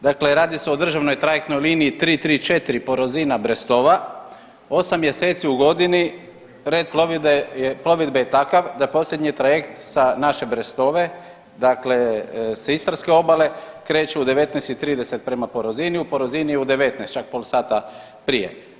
Dakle, radi se o državnoj trajektnoj liniji 334 Porozina-Brestova 8 mjeseci u godini red plovidbe je takav da posljednji trajekt sa naše Brestove, dakle sa istarske obale kreće u 19 i 30 prema Porozini, u Porozini je u 19, čak pol sata prije.